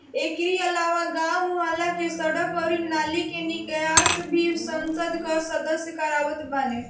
एकरी अलावा गांव, मुहल्ला के सड़क अउरी नाली के निकास भी संसद कअ सदस्य करवावत बाने